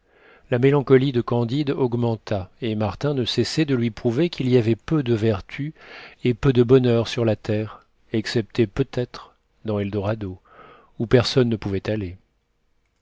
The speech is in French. la mélancolie de candide augmenta et martin ne cessait de lui prouver qu'il y avait peu de vertu et peu de bonheur sur la terre excepté peut-être dans eldorado où personne ne pouvait aller